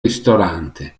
ristorante